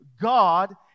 God